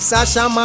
Sasha